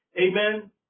Amen